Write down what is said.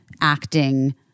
acting